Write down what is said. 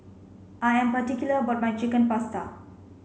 I am particular about my Chicken Pasta